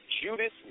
Judas